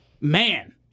man